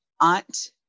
aunt